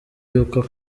y’uko